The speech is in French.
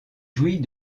jouit